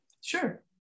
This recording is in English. Sure